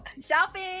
Shopping